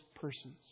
persons